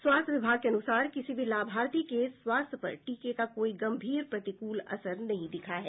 स्वास्थ्य विभाग के अनुसार किसी भी लाभार्थी के स्वास्थ्य पर टीके का कोई गंभीर प्रतिकूल असर नहीं दिखा है